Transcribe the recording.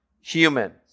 human